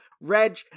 Reg